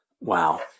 Wow